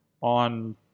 on